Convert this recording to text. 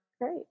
Great